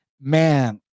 man